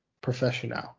professional